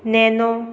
nano